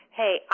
hey